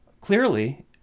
clearly